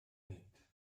nit